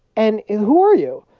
and who are you?